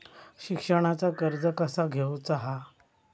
शिक्षणाचा कर्ज कसा घेऊचा हा?